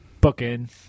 booking